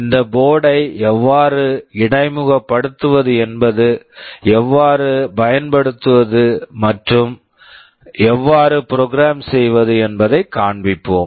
இந்த board board ஐ எவ்வாறு இடைமுகப்படுத்துவது எவ்வாறு பயன்படுத்துவது மற்றும் எவ்வாறு ப்ரோக்ராம் program செய்வது என்பதைக் காண்பிப்போம்